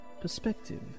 perspective